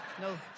No